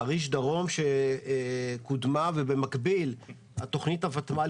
על חריש דרום שקודמה ובמקביל בתכנית הותמ"ל